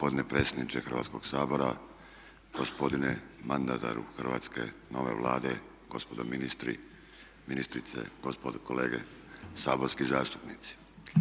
gospodine predsjedniče Hrvatskog sabora, gospodine mandataru hrvatske nove Vlade, gospodo ministri, ministrice, gospodo kolege saborski zastupnici.